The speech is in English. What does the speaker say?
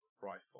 rifle